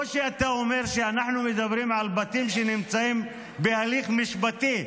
זה לא שאתה אומר שאנחנו מדברים על בתים שנמצאים בהליך משפטי.